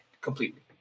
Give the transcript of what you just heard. completely